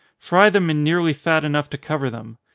fry them in nearly fat enough to cover them.